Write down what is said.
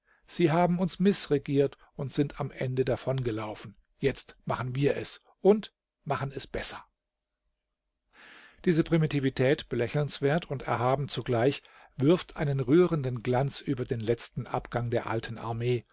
sie haben uns mißregiert und sind am ende davongelaufen jetzt machen wir es und machen es besser diese primitivität belächelnswert und erhaben zugleich wirft einen rührenden glanz über den letzten abgang der alten armee